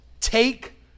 take